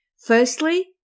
Firstly